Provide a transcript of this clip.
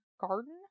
Garden